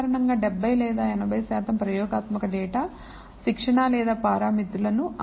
సాధారణంగా 70 లేదా 80 శాతం ప్రయోగాత్మక డేటా శిక్షణ లేదా పారామితులను